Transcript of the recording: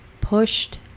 pushed